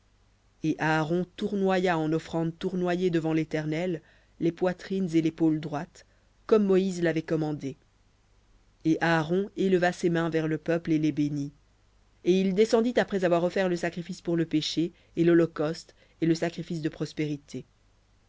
et aaron tournoya en offrande tournoyée devant l'éternel les poitrines et l'épaule droite comme moïse l'avait commandé et aaron éleva ses mains vers le peuple et les bénit et il descendit après avoir offert le sacrifice pour le péché et l'holocauste et le sacrifice de prospérités